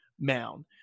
mound